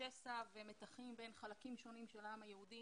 שסע ומתחים בין חלקים שונים של העם היהודי